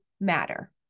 matter